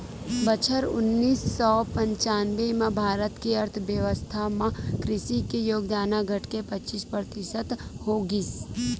बछर उन्नीस सौ पंचानबे म भारत के अर्थबेवस्था म कृषि के योगदान ह घटके पचीस परतिसत हो गिस